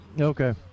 Okay